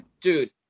dude